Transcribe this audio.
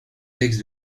textes